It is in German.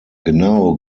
genau